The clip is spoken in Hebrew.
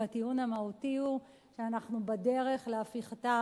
והטיעון המהותי הוא שאנחנו בדרך להפיכתה